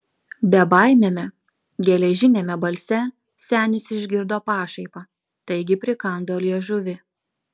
bebaimiame geležiniame balse senis išgirdo pašaipą taigi prikando liežuvį